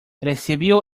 recibió